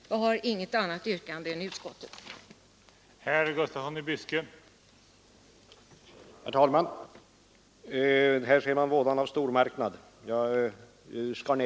Jag har inget annat yrkande än bifall till utskottets hemställan.